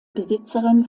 besitzerin